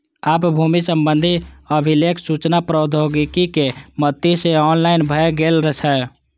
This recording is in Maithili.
आब भूमि संबंधी अभिलेख सूचना प्रौद्योगिकी के मदति सं ऑनलाइन भए गेल छै